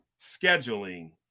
scheduling